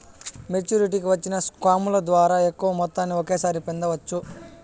మెచ్చురిటీకి వచ్చిన స్కాముల ద్వారా ఎక్కువ మొత్తాన్ని ఒకేసారి పొందవచ్చు